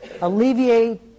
alleviate